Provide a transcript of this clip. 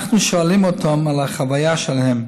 אנחנו שואלים אותם על החוויה שלהם: